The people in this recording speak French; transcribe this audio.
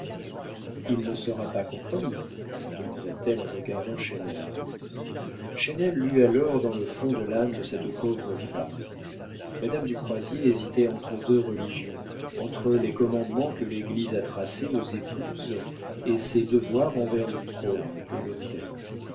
il ne sera pas compromis demanda-t-elle en regardant chesnel chesnel lut alors dans le fond de l'âme de cette pauvre femme madame du croisier hésitait entre deux religions entre les commandements que l'église a tracés aux épouses et ses devoirs envers le trône et l'autel